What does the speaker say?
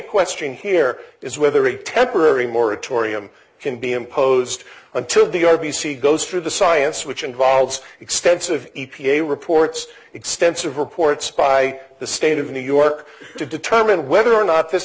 question here is whether a temporary moratorium can be imposed until the r b c goes through the science which involves extensive e p a reports extensive reports by the state of new york to determine whether or not this